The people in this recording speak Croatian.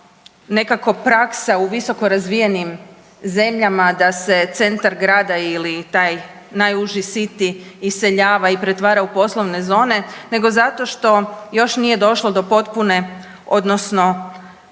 nekako praksa u visoko razvijenim zemljama da se centar grada ili taj najuži city iseljava i pretvara u poslovne zone, nego zato što još nije došlo do potpune, odnosno